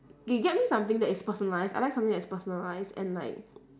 they get me something that is personalised I like something that's personalised and like